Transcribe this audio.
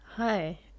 Hi